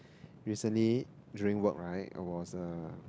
recently during work right I was uh